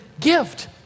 gift